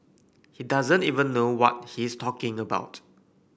he doesn't even know what he's talking about